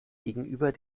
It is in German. gegenüber